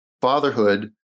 fatherhood